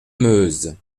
meuse